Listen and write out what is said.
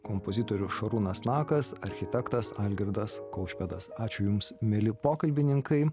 kompozitorius šarūnas nakas architektas algirdas kaušpėdas ačiū jums mieli pokalbininkai